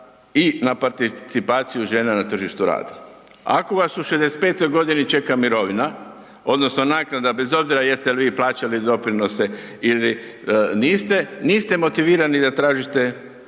i na participaciju žena na tržištu rada. Ako vas u 65.g. čeka mirovina odnosno naknada bez obzira jeste li vi plaćali doprinose ili niste, niste motivirani da tražite